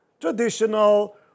traditional